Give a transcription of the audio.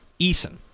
Eason